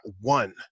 one